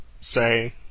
say